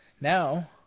Now